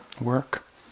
work